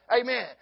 Amen